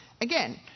Again